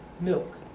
milk